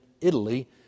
Italy